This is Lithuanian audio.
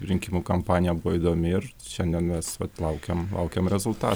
rinkimų kampanija buvo įdomi ir šiandien mes vat laukiam laukiam rezultatų